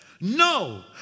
no